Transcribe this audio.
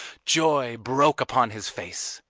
joy broke upon his face.